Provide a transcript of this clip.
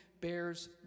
bears